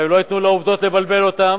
אבל לא ייתנו לעובדות לבלבל אותם,